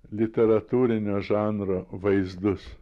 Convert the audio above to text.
literatūrinio žanro vaizdus